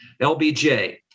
LBJ